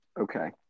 Okay